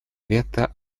вето